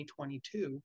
2022